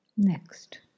next